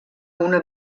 una